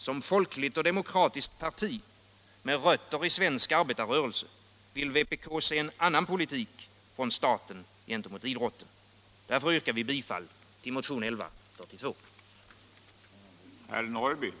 Som folkligt och demokratiskt parti med rötter i svensk arbetarrörelse vill vi i vpk se en annan politik från staten gentemot idrotten. Därför yrkar vi bifall till motionen 1142.